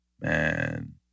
Man